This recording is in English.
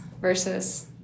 versus